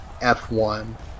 F1